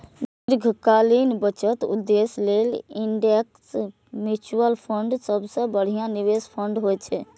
दीर्घकालीन बचत उद्देश्य लेल इंडेक्स म्यूचुअल फंड सबसं बढ़िया निवेश फंड होइ छै